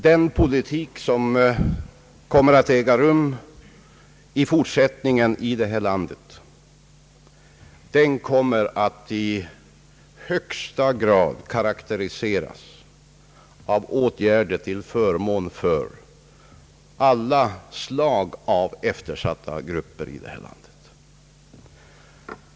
Den politik vi kan vänta i fortsättningen här i landet kommer, skulle jag vilja säga, att i högsta grad karakteriseras av åtgärder till förmån för eftersatta grupper av alla slag.